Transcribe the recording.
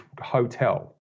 hotel